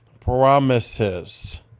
promises